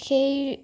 সেই